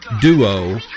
duo